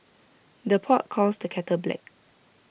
the pot calls the kettle black